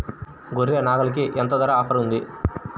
గొర్రె, నాగలికి ఎంత ధర ఆఫర్ ఉంది?